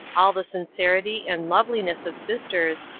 all the sincerity and loveliness of sisters,